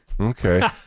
Okay